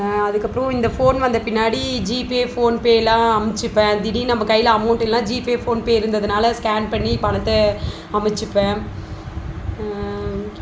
அதுக்கு அப்புறம் இந்தப் ஃபோன் வந்தப் பின்னாடி ஜிபே ஃபோன் பேலாம் அமுச்சிப்பேன் திடீர்னு நம்ம கையில் அமௌண்ட் இல்லைன்னா ஜிபே ஃபோன்பே இருந்ததுனால ஸ்கேன் பண்ணி பணத்தை அனுச்சிப்பேன்